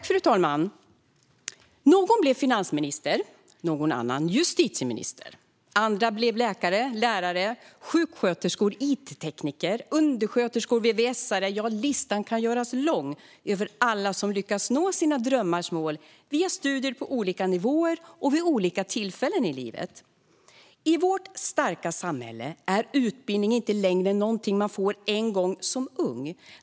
Fru talman! Någon blev finansminister, någon annan justitieminister. Andra blev läkare, lärare, sjuksköterskor, it-tekniker, undersköterskor, vvs:are - ja, listan kan göras lång över alla som lyckats nå sina drömmars mål via studier på olika nivåer och vid olika tillfällen i livet. I vårt starka samhälle är utbildning inte längre något man får en gång som ung.